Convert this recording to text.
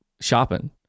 shopping